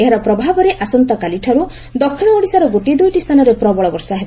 ଏହା ପ୍ରଭାବରେ ଆସନ୍ତାକାଲିଠାରୁ ଦକ୍ଷିଣ ଓଡ଼ିଶାର ଗୋଟିଏ ଦୁଇଟି ସ୍ରାନରେ ପ୍ରବଳ ବର୍ଷା ହେବ